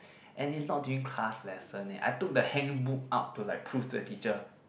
and it's not during class lesson leh I took the handbook out to like prove to the teacher